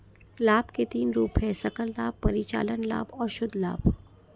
लाभ के तीन रूप हैं सकल लाभ, परिचालन लाभ और शुद्ध लाभ